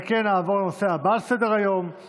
נעבור לנושא הבא על סדר-היום,